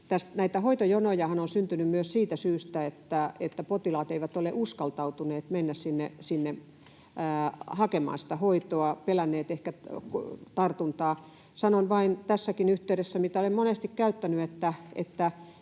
hoitojonojahan on syntynyt myös siitä syystä, että potilaat eivät ole uskaltaneet mennä hakemaan sitä hoitoa, ovat pelänneet ehkä tartuntaa. Eli sanon vain tässäkin yhteydessä, mitä olen monesti sanonut,